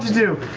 do.